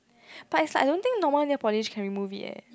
but it's like I don't think normal nail polish can remove it eh